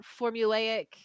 formulaic